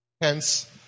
Hence